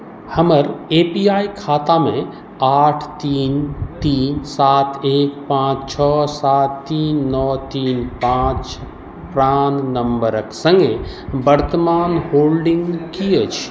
हमर A P Y खातामे आठ तीन तीन सात एक पाँच छओ सात तीन नओ तीन पाँच प्राण नम्बरक सङ्गे वर्तमान होल्डिंग की अछि